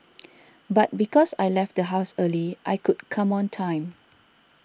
but because I left the house early I could come on time